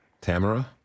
Tamara